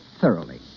thoroughly